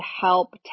help